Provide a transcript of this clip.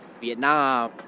Vietnam